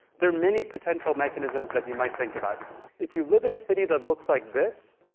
there are many potential mechanisms that you might think about if you live in a city that looks like this,